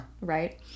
Right